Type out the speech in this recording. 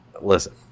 Listen